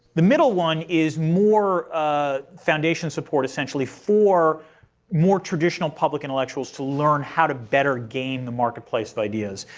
the middle one is more ah foundation support essentially for more traditional public intellectuals to learn how to better gain the marketplace of ideas.